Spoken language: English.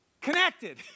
connected